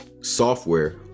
software